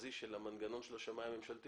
המרכזי של המנגנון של השמאי הממשלתי